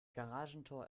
garagentor